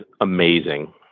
amazing